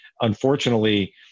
Unfortunately